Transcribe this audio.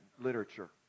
literature